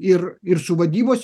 ir ir su vadybos